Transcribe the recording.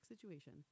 situation